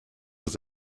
was